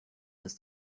ist